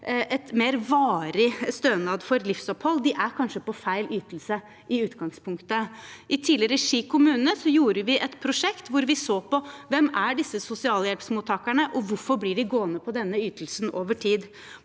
en mer varig stønad til livsopphold, er kanskje på feil ytelse i utgangspunktet. I tidligere Ski kommune gjorde vi et prosjekt hvor vi så på hvem disse sosialhjelpsmottakerne er, og hvorfor de blir gående på denne ytelsen over tid.